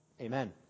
Amen